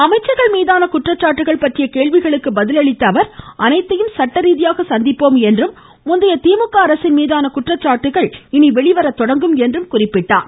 அமைச்சர்கள் மீதான குற்றச்சாட்டுக்கள் பற்றிய கேள்விக்கு பதில் அளித்த அவர் அனைத்தையும் சட்டரீதியாக சந்திப்போம் என்றும் முந்தைய திமுக அரசின் மீதான குற்றச்சாட்டுக்கள் இனி வெளிவர தொடங்கும் என்றும் கூறினார்